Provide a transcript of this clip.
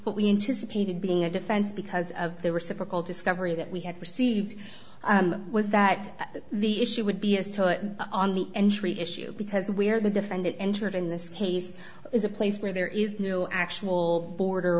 we anticipated being a defense because of the reciprocal discovery that we had received was that the issue would be as to on the entry issue because where the defendant entered in this case is a place where there is no actual border